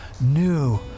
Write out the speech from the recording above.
new